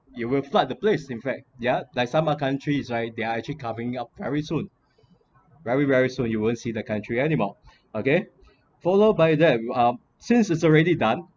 you will flood the place in fact yeah like some uh country is right they are actually coming up very soon very very soon you won’t see the country anymore okay follow by them uh since it's already done